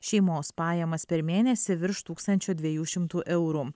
šeimos pajamas per mėnesį virš tūkstančio dviejų šimtų eurų